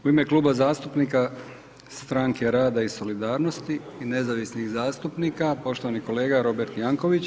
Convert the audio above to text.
U ime Kluba zastupnika Stranke rada i solidarnosti i nezavisnih zastupnika, poštovani kolega Robert Jankovics.